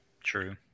True